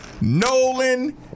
Nolan